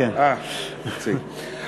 מציג, מציג.